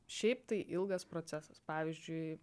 šiaip tai ilgas procesas pavyzdžiui